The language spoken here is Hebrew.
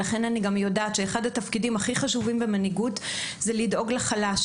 לכן אני יודעת שאחד התפקידים הכי חשובים במנהיגות זה לדאוג לחלש,